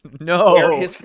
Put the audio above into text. No